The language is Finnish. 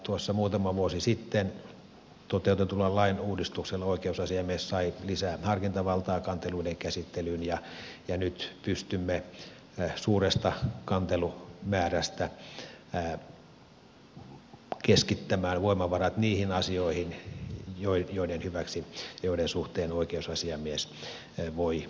tuossa muutama vuosi sitten toteutetulla lain uudistuksellahan oikeusasiamies sai lisää harkintavaltaa kanteluiden käsittelyyn ja nyt pystymme suuresta kantelumäärästä keskittämään voimavarat niihin asioihin joiden hyväksi joiden suhteen oikeusasiamies voi jotakin tehdä